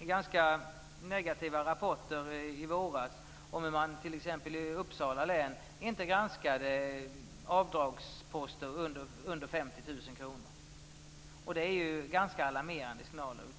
ganska negativa rapporter i våras om hur man t.ex. i Uppsala län inte granskade avdragsposter under 50 000 kr. Det är ganska alarmerande signaler.